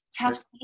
tough